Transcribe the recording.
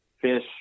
fish